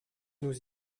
nous